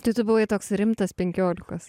tai tu buvai toks rimtas penkiolikos